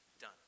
done